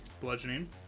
Bludgeoning